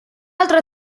altra